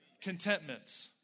Contentment